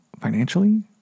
financially